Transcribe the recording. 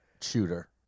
shooter